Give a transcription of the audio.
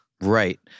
Right